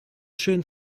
schön